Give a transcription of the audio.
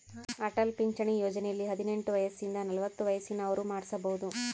ಅಟಲ್ ಪಿಂಚಣಿ ಯೋಜನೆಯಲ್ಲಿ ಹದಿನೆಂಟು ವಯಸಿಂದ ನಲವತ್ತ ವಯಸ್ಸಿನ ಅವ್ರು ಮಾಡ್ಸಬೊದು